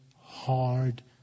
hard